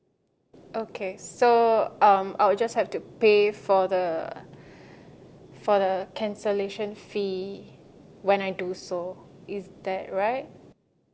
okay so um I would just have to pay for the for the cancellation fee when I do so is that right